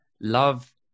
love